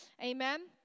Amen